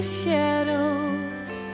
shadows